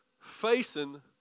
facing